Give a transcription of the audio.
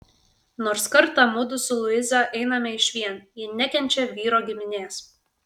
nors kartą mudu su luiza einame išvien ji nekenčia vyro giminės